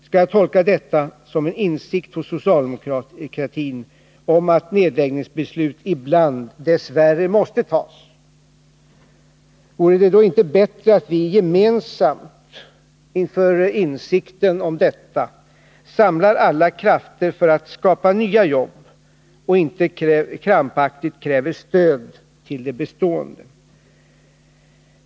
Skall jag tolka detta som en insikt hos socialdemokratin om att nedläggningsbeslut dess värre ibland måste tas? Vore det då inte bättre att vi, med insikt om detta, samlar alla krafter för att skapa nya jobb och inte krampaktigt kräver stöd till det bestående?